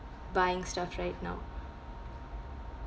buying stuff right now